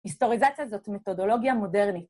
היסטוריזציה זאת מתודולוגיה מודרנית.